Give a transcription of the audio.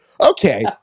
Okay